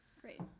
Great